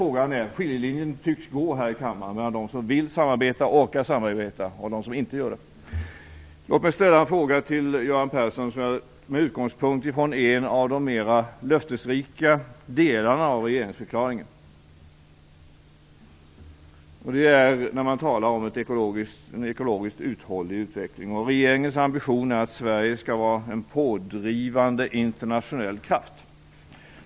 Men skiljelinjen tycks här i kammaren gå mellan dem som vill och orkar samarbeta och dem som inte gör det. Låt mig ställa en fråga till Göran Persson med utgångspunkt från en av de mer löftesrika delarna av regeringsförklaringen, nämligen den delen där det talas om en ekologiskt uthållig utveckling. Regeringens ambition är att Sverige skall vara en pådrivande internationell kraft.